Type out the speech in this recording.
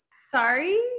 Sorry